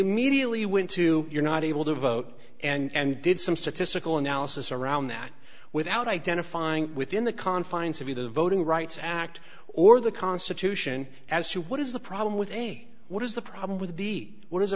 immediately went to your not able to vote and did some statistical analysis around that without identifying within the confines of the voting rights act or the constitution as to what is the problem with a what is the problem with the what is a